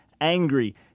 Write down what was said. angry